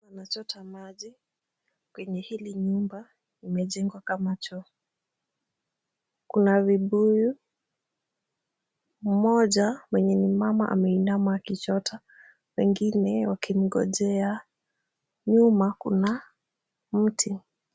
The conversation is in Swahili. Wanachota maji kwenye hili nyumba imejengwa kama choo. Kuna vibuyu. Mmoja mwenye ni mama ameinama akichota wengine wakimngojea. Nyuma kuna mti.